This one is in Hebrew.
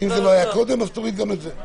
אם לא היה קודם, תוריד גם את זה.